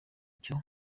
icyo